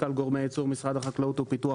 סמנכ"ל גורמי ייצור במשרד החקלאות ופיתוח